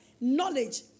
knowledge